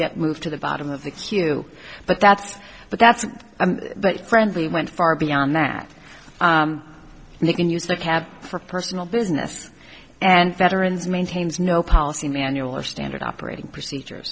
get moved to the bottom of the queue but that's but that's but friendly went far beyond that and they can use the cab for personal business and veterans maintains no policy manual or standard operating procedures